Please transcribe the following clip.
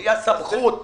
מי הסמכות?